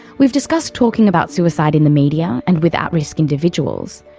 we've discussed talking about suicide in the media and with at-risk individuals,